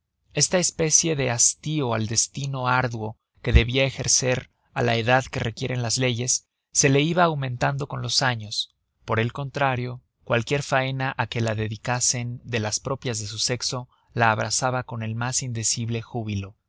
esta especie de hastío al destino árduo que debia ejercer á la edad que requieren las leyes se le iba aumentando con los años por el contrario cualquier faena á que la dedicasen de las propias de su sexo la abrazaba con el mas indecible júbilo